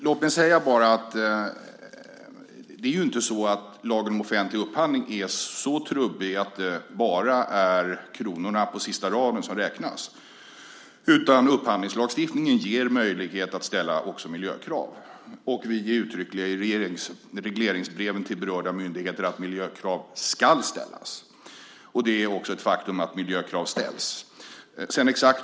Låt mig bara säga att lagen om offentlig upphandling inte är så trubbig att det bara är kronorna på sista raden som räknas, utan upphandlingslagstiftningen ger möjlighet att ställa också miljökrav. Och i regleringsbreven till berörda myndigheter står det uttryckligen att miljökrav skall ställas. Det är också ett faktum att miljökrav ställs.